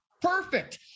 perfect